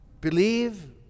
Believe